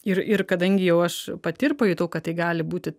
ir ir kadangi jau aš pati ir pajutau kad tai gali būti